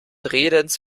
redens